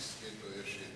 חבר הכנסת ברכה,